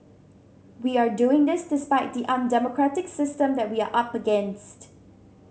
we are doing this despite the undemocratic system that we are up against